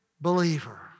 believer